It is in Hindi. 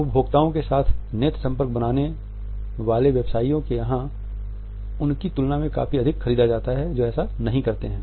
उपभोक्ताओं के साथ नेत्र संपर्क बनाने वाले व्यवसाइयों के यहाँ उनकी तुलना में काफी अधिक ख़रीदा जाता है जो ऐसा नहीं करते हैं